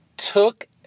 took